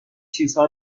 چیزها